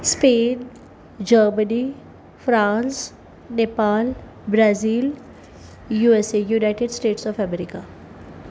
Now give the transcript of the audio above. Spain Germany France Nepal Brazil USA United States of America